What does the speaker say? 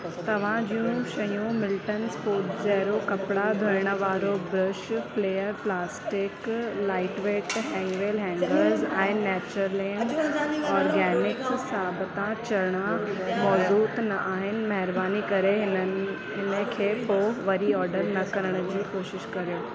तव्हां जूं शयूं मिल्टन स्पोट्जेरो कपड़ा धोइण वारो brush Flair plastic lightweight Hangwell hangers ऐं नैचरलैंड ऑर्गॅनिक्स साबता चणा मौजूदु न आहिनि महिरबानी करे इन्हनि हिन खे पोइ वरी ऑडर न करण जी कोशिश कर्यो